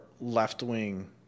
left-wing